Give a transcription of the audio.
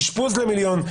אשפוז למיליון,